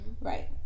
right